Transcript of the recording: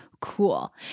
Cool